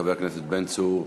חבר הכנסת בן צור,